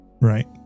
right